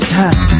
time